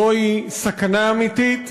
זוהי סכנה אמיתית,